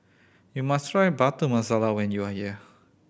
you must try Butter Masala when you are here